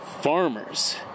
farmers